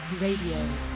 radio